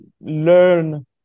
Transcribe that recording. learn